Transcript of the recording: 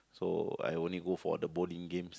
so I only go for the bowling games